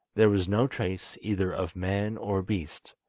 there was no trace either of man or beast.